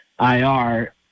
IR